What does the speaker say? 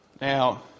Now